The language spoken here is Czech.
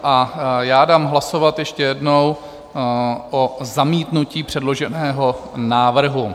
A já dám hlasovat ještě jednou o zamítnutí předloženého návrhu.